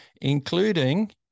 including